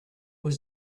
was